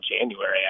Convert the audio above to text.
January